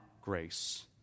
grace